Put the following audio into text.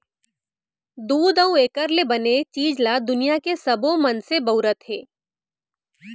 दूद अउ एकर ले बने चीज ल दुनियां के सबो मनसे बउरत हें